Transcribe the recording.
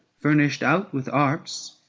furnished out with arts,